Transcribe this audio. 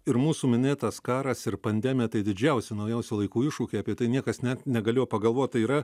ir mūsų minėtas karas ir pandemija tai didžiausi naujausių laikų iššūkiai apie tai niekas net negalėjo pagalvot tai yra